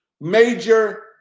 major